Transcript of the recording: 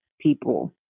people